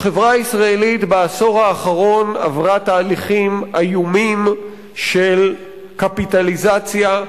החברה הישראלית בעשור האחרון עברה תהליכים איומים של קפיטליזציה,